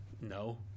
No